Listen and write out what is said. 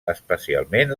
especialment